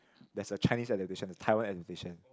there's a Chinese adaptation a Taiwan adaptation